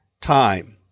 time